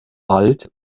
bald